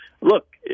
look